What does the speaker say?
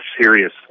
serious